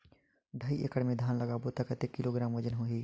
ढाई एकड़ मे धान लगाबो त कतेक किलोग्राम वजन होही?